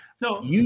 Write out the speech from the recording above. No